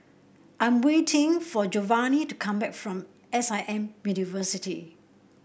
I'm waiting for Jovanni to come back from S I M University